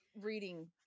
reading